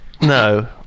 No